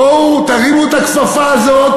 בואו תרימו את הכפפה הזאת.